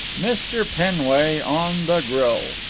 mr. penway on the grill